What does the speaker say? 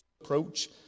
approach